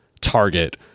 target